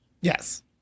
Yes